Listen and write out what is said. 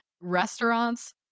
restaurants